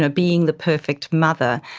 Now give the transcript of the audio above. ah being the perfect mother,